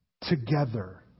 together